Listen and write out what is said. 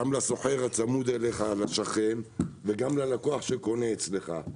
גם לסוחר הצמוד אליך, לשכן, וגם ללקוח שקונה אצלך.